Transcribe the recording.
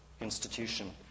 institution